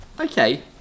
Okay